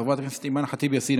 חברת הכנסת אימאן ח'טיב יאסין,